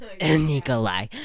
Nikolai